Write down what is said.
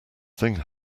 thing